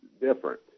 different